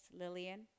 Lillian